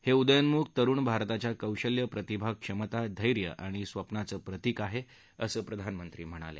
हे उदयोन्मुख तरुण भारताच्या कौशल्य प्रतिभा क्षमता धैर्य आणि स्वप्नांचं प्रतिक आहे असं प्रधानमंत्री म्हणाले